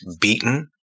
beaten